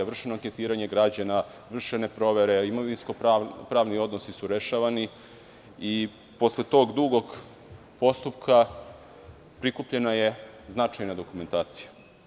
Vršeno je anketiranje građana, vršene su provere, imovinsko-pravni odnosi su rešavani i posle tog dugog postupka, prikupljena je značajna dokumentacija.